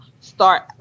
start